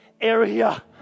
area